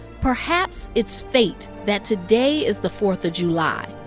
perhaps it's fate that today is the fourth of july,